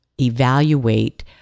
evaluate